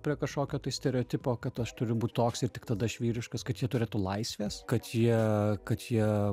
prie kažkokio tai stereotipo kad aš turiu būt toks ir tik tada aš vyriškas kad jie turėtų laisvės kad jie kad jie